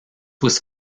was